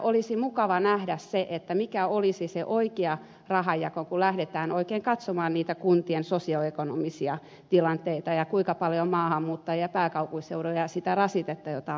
olisi mukava nähdä mikä olisi se oikea rahanjako kun lähdetään oikein katsomaan niitä kuntien sosioekonomisia tilanteita ja sitä kuinka paljon on maahanmuuttajia pääkaupunkiseudulla ja sitä rasitetta joka on syntynyt